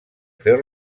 fer